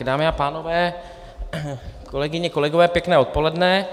Dámy a pánové, kolegyně, kolegové, pěkné dopoledne.